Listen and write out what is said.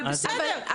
אבל בסדר,